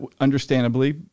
Understandably